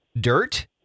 dirt